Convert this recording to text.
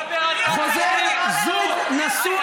ואחר כך, חבר הכנסת לוי, איזה יופי.